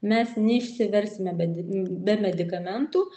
mes neišsiversime bed be medikamentų